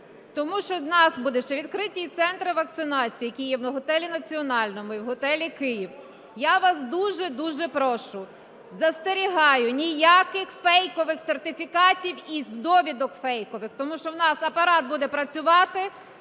Тому що у нас будуть ще відкриті центри вакцинації, які є в готелі "Національний" і в готелі "Київ". Я вас дуже-дуже прошу, застерігаю, ніяких фейкових сертифікатів і довідок фейкових, тому що у нас Апарат буде працювати